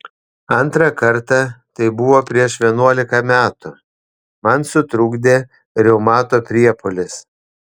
antrą kartą tai buvo prieš vienuolika metų man sutrukdė reumato priepuolis